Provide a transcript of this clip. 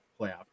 playoff